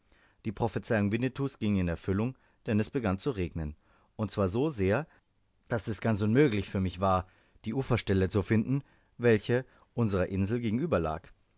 die prophezeiung winnetous ging in erfüllung denn es begann zu regnen und zwar so sehr daß es ganz unmöglich für mich war die uferstelle zu finden welche unserer insel gegenüberlag